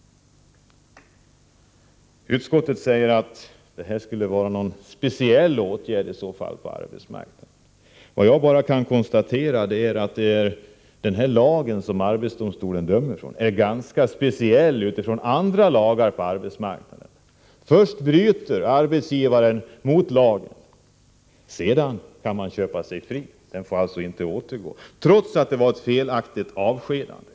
Utskottet säger att detta i så fall skulle vara en speciell åtgärd på arbetsmarknaden. Jag kan bara konstatera att den lag som arbetsdomstolen tillämpar är ganska speciell jämförd med andra lagar på arbetsmarknaden. Först bryter arbetsgivaren mot lagen, sedan kan han köpa sig fri. Den avskedade får alltså inte återgå till arbetet trots att avskedandet inte var korrekt.